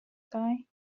guy